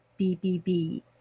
BBB